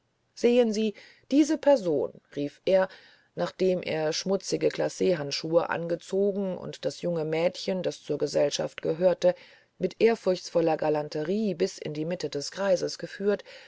sehen sie diese person rief er nachdem er schmutzige glachandschuh angezogen und das junge mädchen das zur gesellschaft gehörte mit ehrfurchtsvoller galanterie bis in die mitte des kreises geführt